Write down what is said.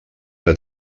ara